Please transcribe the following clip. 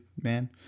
man